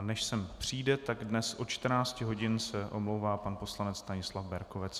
Než sem přijde, dnes od 14 hodin se omlouvá pan poslanec Stanislav Berkovec.